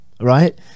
right